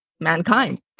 mankind